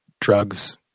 drugs